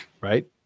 right